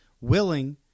willing